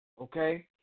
okay